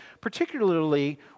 particularly